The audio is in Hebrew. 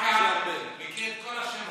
ראש אכ"א מכירה את כל השמות.